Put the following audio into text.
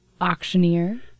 auctioneer